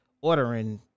ordering